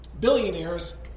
billionaires